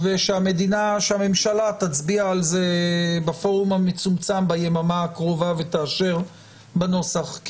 ושהממשלה תצביע על זה בפורום המצומצם ביממה הקרובה ותאשר בנוסח,